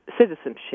citizenship